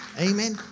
Amen